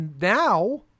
now